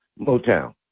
Motown